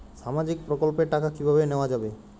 সামাজিক প্রকল্পের টাকা কিভাবে নেওয়া যাবে?